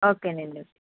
ఓకేనండి